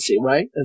right